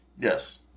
Yes